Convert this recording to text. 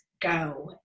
go